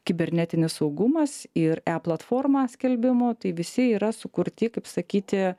kibernetinis saugumas ir e platforma skelbimų tai visi yra sukurti kaip sakyti